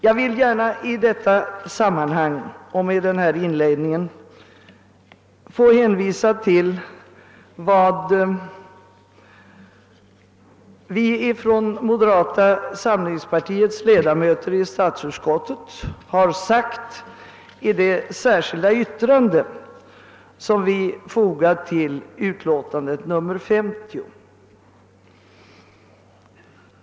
Jag vill gärna i detta sammanhang och efter denna inledning hänvisa till vad moderata samlingspartiets ledamöter i statsutskottet uttalat i det särskilda yttrande som vi fogat till det föreliggande utlåtandet.